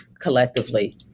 collectively